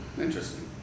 Interesting